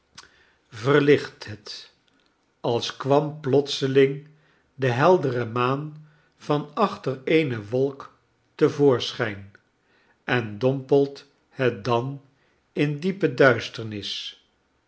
verlicht het als kwam plotseling de heldere maan van achter eene wolk te voorschijn en dompelt het dan in diepe duisternis